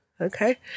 Okay